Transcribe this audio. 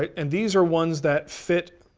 and these are ones that fit,